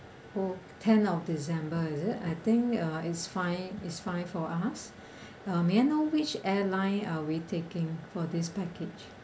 oh ten of december is it I think uh it's fine it's fine for us um may I know which airline are we taking for this package